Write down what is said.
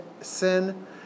sin